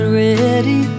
ready